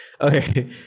okay